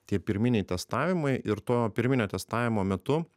tie pirminiai testavimai ir to pirminio testavimo metu